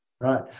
Right